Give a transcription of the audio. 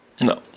No